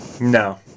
no